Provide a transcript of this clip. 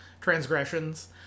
transgressions